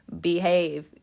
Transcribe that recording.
behave